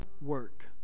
work